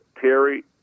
Terry